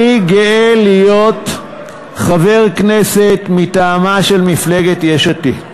אני גאה להיות חבר כנסת מטעמה של מפלגת יש עתיד.